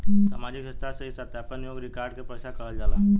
सामाजिक संस्था से ई सत्यापन योग्य रिकॉर्ड के पैसा कहल जाला